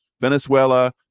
Venezuela